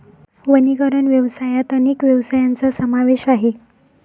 वनीकरण व्यवसायात अनेक व्यवसायांचा समावेश आहे